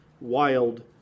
wild